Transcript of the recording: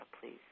please